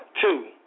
Two